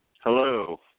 Hello